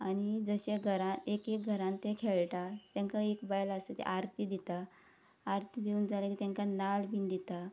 आनी जशे घरान एक एक घरान ते खेळटा तांकां एक बायल आसा ती आरती दिता आरती दिवन जालें की तांकां नाल्ल बी दिता